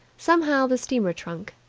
somehow the steamer-trunk,